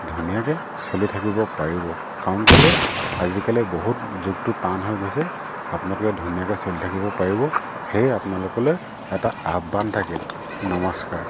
ধুনীয়াকৈ চলি থাকিব পাৰিব কাৰণ কেলৈ আজিকালি বহুত যুগটো টান হৈ গৈছে আপোনালোকে ধুনীয়াকৈ চলি থাকিব পাৰিব সেয়ে আপোনালোকলৈ এটা আহ্বান থাকিল নমস্কাৰ